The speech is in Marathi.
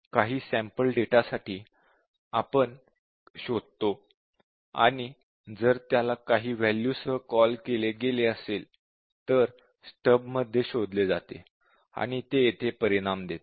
काही सॅम्पल डेटा साठी आपण शोधतो आणि जर त्याला काही वॅल्यू सह कॉल केले गेले असेल तर स्टब मध्ये शोधले जाते आणि ते येथे परिणाम देते